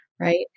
Right